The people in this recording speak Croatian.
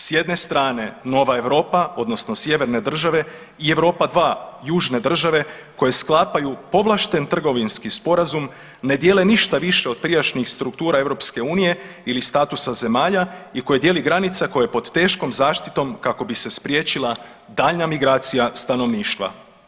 S jedne strane nova Europa, odnosno sjeverne države i Europa dva južne države koje sklapaju povlašten trgovinski sporazum, ne dijele ništa više od prijašnjih struktura EU ili statusa zemalja i koje dijeli granica koja je pod teškom zaštitom kako bi se spriječila daljnja migracija stanovništva.